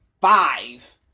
five